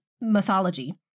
mythology